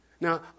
Now